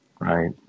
right